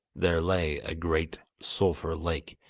there lay a great sulphur lake,